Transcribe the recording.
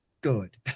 good